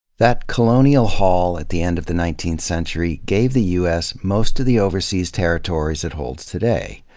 that colonial haul at the end of the nineteenth century gave the u s most of the overseas territories it holds today.